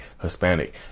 hispanic